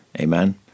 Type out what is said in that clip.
Amen